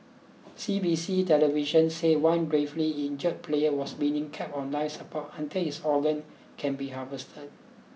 C B C television said one gravely injured player was being kept on life support until his organs can be harvested